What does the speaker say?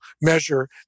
measure